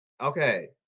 Okay